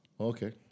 Okay